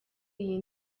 iyi